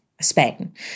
Spain